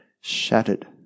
shattered